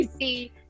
see